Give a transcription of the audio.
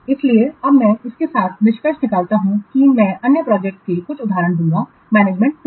इसलिए अब मैं इसके साथ निष्कर्ष निकालूंगा कि मैं अन्य प्रोजेक्ट के कुछ उदाहरण दूंगा मैनेजमेंट टूल